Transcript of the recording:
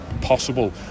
possible